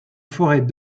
forêt